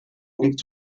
und